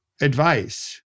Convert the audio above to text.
advice